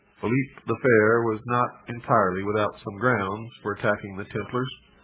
phillip the fair was not entirely without some grounds for attacking the templars.